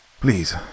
Please